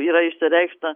yra išsireikšta